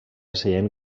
seient